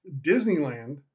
Disneyland